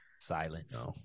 silence